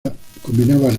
artículos